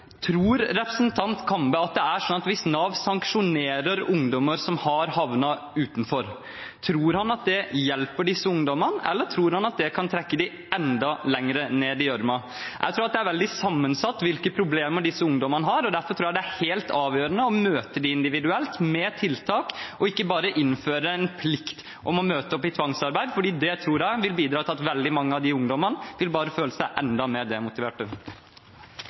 Tror representanten Kambe at det er sånn at hvis Nav sanksjonerer overfor ungdommer som har havnet utenfor, så hjelper dette disse ungdommene, eller tror han at det kan trekke dem enda lenger ned i gjørma? Jeg tror det er veldig sammensatt hvilke problemer disse ungdommene har, og derfor tror jeg det er helt avgjørende å møte dem individuelt med tiltak og ikke bare innføre en plikt om å møte opp til tvangsarbeid, for det tror jeg vil bidra til at veldig mange av de ungdommene bare vil føle seg enda